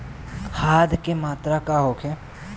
खाध के मात्रा का होखे?